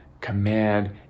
command